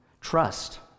Trust